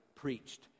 preached